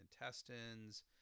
intestines